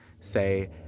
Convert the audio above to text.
say